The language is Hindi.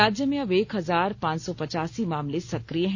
राज्य में अब एक हजार पांच सौ पचासी मामले सक्रिय हैं